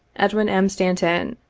edwin m. stanton,